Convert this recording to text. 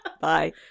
bye